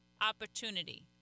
opportunity